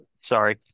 sorry